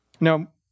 Now